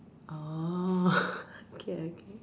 orh okay okay